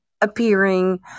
appearing